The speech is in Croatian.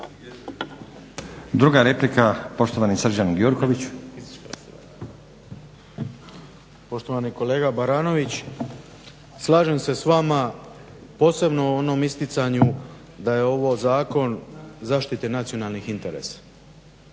Druga replika poštovani Srđan Gjurković. **Gjurković, Srđan (HNS)** Poštovani kolega Baranović slažem se s vama posebno u onom isticanju da je ovo zakon zaštite nacionalnih interesa.